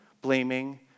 blaming